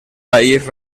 país